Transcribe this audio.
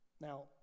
Now